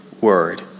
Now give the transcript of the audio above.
word